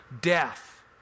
death